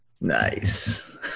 Nice